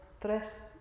tres